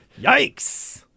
Yikes